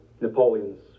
napoleon's